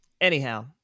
Anyhow